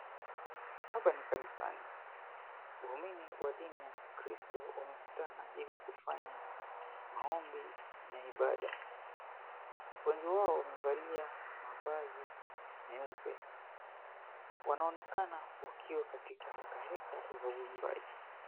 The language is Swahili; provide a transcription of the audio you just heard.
Hapa ni kanisani waumini wa dini ya kikristo wamekutana Ili kufanya maombi na ibada. Wengi wao wamevalia mavazi meupe. Wanaonekana wakiwa katika hekaheka za uimbaji.